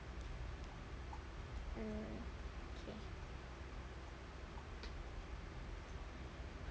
okay